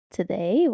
today